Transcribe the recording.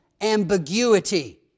ambiguity